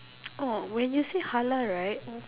oh when you say halal right